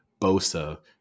Bosa